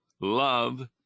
love